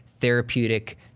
therapeutic